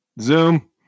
Zoom